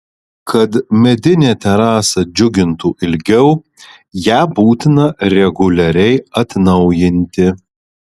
kad medinė terasa džiugintų ilgiau ją būtina reguliariai atnaujinti